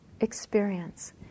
experience